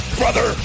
brother